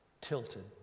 tilted